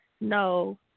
no